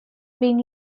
been